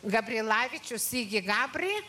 gabrilavičius sigį gabrį